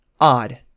odd